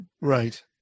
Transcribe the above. Right